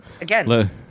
again